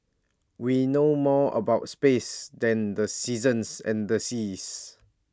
we know more about space than the seasons and the seas